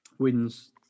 wins